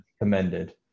commended